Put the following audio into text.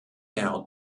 out